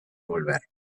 volver